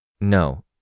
No